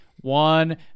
one